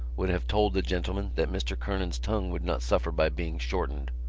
would have told the gentlemen that mr. kernan's tongue would not suffer by being shortened.